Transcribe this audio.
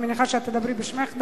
אני מניחה שאת תדברי בשמך,